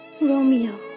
Romeo